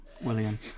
William